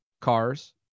Cars